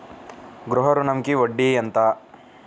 గృహ ఋణంకి వడ్డీ ఎంత?